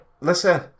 Listen